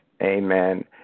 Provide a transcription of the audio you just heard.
Amen